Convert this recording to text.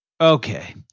okay